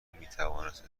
میتوانست